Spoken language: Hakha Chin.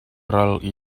ral